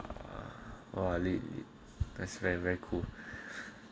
!wah! that's very very cool